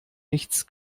nichts